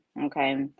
okay